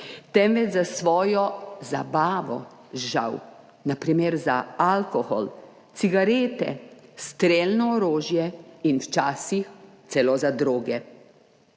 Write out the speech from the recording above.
temveč za svojo zabavo, žal, na primer za alkohol, cigarete, strelno orožje in včasihcelo za droge.